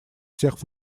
всех